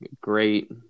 great